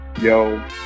yo